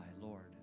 Lord